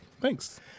thanks